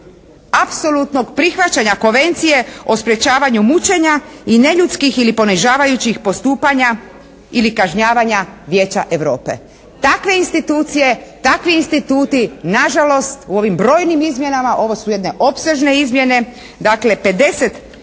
apsolutnog prihvaćanja konvencije o sprječavanju mučenja i neljudskih ili ponižavajućih postupanja ili kažnjavanja Vijeća Europe. Takve institucije, takvi instituti na žalost u ovim brojnim izmjenama, ovo su jedne opsežne izmjene, dakle 55